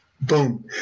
boom